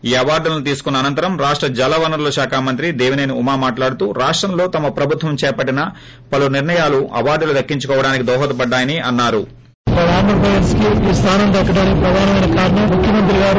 ఈ అవార్దులను తీసుకున్న అనంతరం రాష్ట జలవనరుల శాఖ మంత్రి దేవిసేని ఉమా మాట్లాడుతూ రాష్టంలో తమ ప్రభుత్వం చేపట్టిన పలు నిర్ణయాలు అవార్డులు దక్కించుకోవాడానికి దోహపడ్డాయని అన్నారు